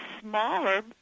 smaller